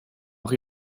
noch